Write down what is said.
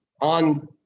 on